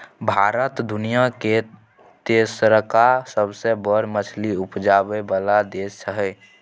भारत दुनिया के तेसरका सबसे बड़ मछली उपजाबै वाला देश हय